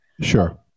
Sure